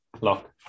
lock